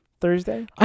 Thursday